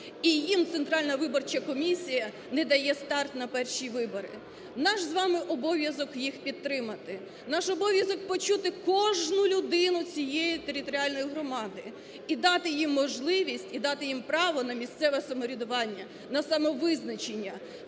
їм Центральна виборча комісія не дає старт на перші вибори. Наш з вами обов’язок їх підтримати, наш обов’язок почути кожну людину цієї територіальної громади і дати їм можливість, і дати їм право на місцеве самоврядування, на самовизначення